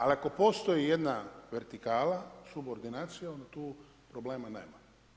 Ali ako postoji jedna vertikala subordinacija onda tu problema nema.